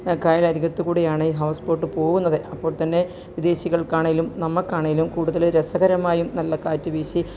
കായല് അരികത്തുകൂടിയാണ് houseboat പോകുന്നത് അപ്പോൾ തന്നെ വിദേശികള്ക്കാണെങ്കിലും നമുക്കാണെങ്കിലും കൂടുതൽ രസകരമായും നല്ല കാറ്റുവീശി